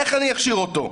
איך אני אכשיר אותו?